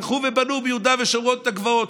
הלכו ובנו ביהודה ושומרון את הגבעות.